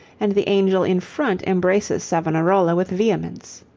and the angel in front embraces savonarola with vehemence.